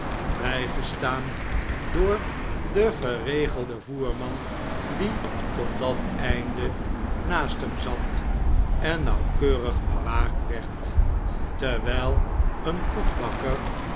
bjjgestaan door den geregelden voerman die tot dat einde naast hem zat en nauwkeurig bewaakt werd terwijl een koekbakker